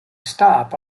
stop